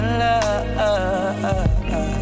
love